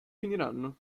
finiranno